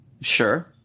sure